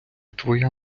твоя